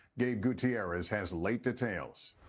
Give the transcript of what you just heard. gabe gutierrez has late details.